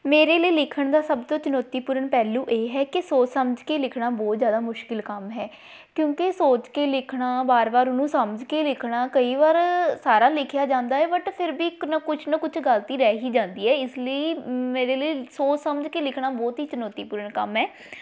ਮੇਰੇ ਲਈ ਲਿਖਣ ਦਾ ਸਭ ਤੋਂ ਚੁਣੌਤੀਪੂਰਨ ਪਹਿਲੂ ਇਹ ਹੈ ਕਿ ਸੋਚ ਸਮਝ ਕੇ ਲਿਖਣਾ ਬਹੁਤ ਜ਼ਿਆਦਾ ਮੁਸ਼ਕਿਲ ਕੰਮ ਹੈ ਕਿਉਂਕਿ ਸੋਚ ਕੇ ਲਿਖਣਾ ਵਾਰ ਵਾਰ ਉਹਨੂੰ ਸਮਝ ਕੇ ਲਿਖਣਾ ਕਈ ਵਾਰ ਸਾਰਾ ਲਿਖਿਆ ਜਾਂਦਾ ਏ ਬਟ ਫ਼ਿਰ ਵੀ ਇੱਕ ਨਾ ਕੁਝ ਨਾ ਕੁਝ ਗਲਤੀ ਰਹਿ ਹੀ ਜਾਂਦੀ ਹੈ ਇਸ ਲਈ ਮੇਰੇ ਲਈ ਸੋਚ ਸਮਝ ਕੇ ਲਿਖਣਾ ਬਹੁਤ ਹੀ ਚੁਣੌਤੀਪੂਰਨ ਕੰਮ ਹੈ